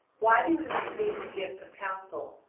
why do we receive the gift of counsel?